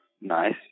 Nice